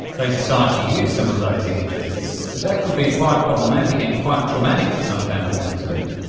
they decide to use some of those images, that could be quite problematic and quite traumatic for some family members, couldn't it.